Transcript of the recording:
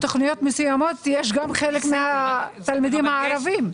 בתוכניות מסוימות יש גם חלק מהתלמידים הערבים.